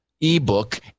ebook